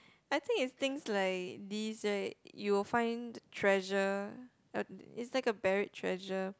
I think it's things like this right you will find treasure uh it's like a buried treasure